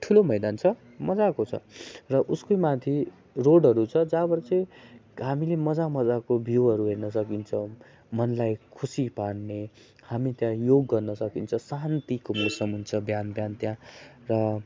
ठुलो मैदान छ मज्जाको छ र उसकै माथि रोडहरू छ जहाँबाट चाहिँ हामीले मज्जा मज्जाको भ्यूहरू हेर्न सकिन्छौँ मनलाई खुसी पार्ने हामी त्यहाँ योग गर्न सकिन्छ शान्तिको मौसम हुन्छ बिहान बिहान त्यहाँ र